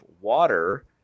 water